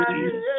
Jesus